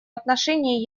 отношении